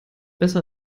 besser